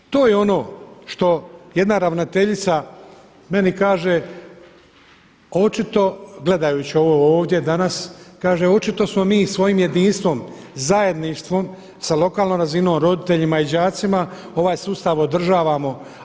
To je ono što jedna ravnateljica meni kaže očito gledajući ovo ovdje danas kaže, očito smo mi svojim jedinstvom, zajedništvom sa lokalnom razinom, roditeljima i đacima ovaj sustav održavamo.